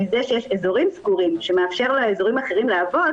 מזה שיש אזורים סגורים שמאפשרת לאזורים אחרים לעבוד